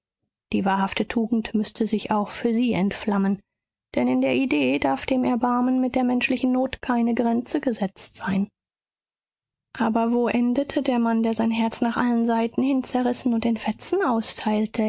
die wahrhafte tugend müßte sich auch für sie entflammen denn in der idee darf dem erbarmen mit der menschlichen not keine grenze gesetzt sein aber wo endete der mann der sein herz nach allen seiten hin zerrisse und in fetzen austeilte